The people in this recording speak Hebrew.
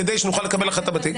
כדי שתוכלו לקבל החלטה בתיק.